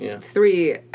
three